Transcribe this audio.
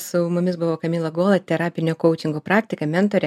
su mumis buvo kamila golad terapinė koučingo praktikė mentorė